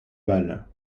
balles